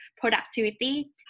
productivity